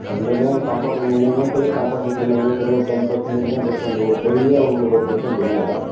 ரெண்டுமே சாப்பாட்டுக்கு முன்னையுமே சரி சாப்பாட்டுக்கு பின்னையும் சரி ஒரு டென் பர்சென்டேஜு தான் டிஃப்ரெண்ட் ஒரு பெரிய உங்களுக்கு ஒரு டிஃப்ரெண்ட் இல்லை